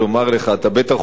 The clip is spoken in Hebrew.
אתה בטח עוקב,